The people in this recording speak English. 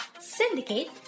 syndicate